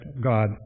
God